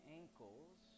ankles